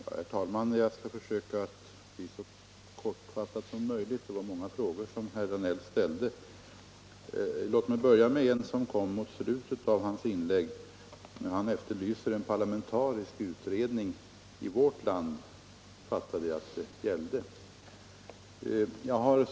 Herr talman! Det var många frågor som herr Danell ställde, men jag skall försöka fatta mig så kort som möjligt. Låt mig då börja med den fråga som herr Danell framställde i slutet av sitt anförande. Han efterlyste en parlamentarisk utredning, som jag uppfattade skulle tillsättas här i vårt land.